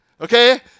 Okay